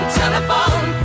telephone